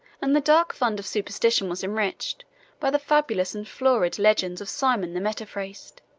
and the dark fund of superstition was enriched by the fabulous and florid legends of simon the metaphrast.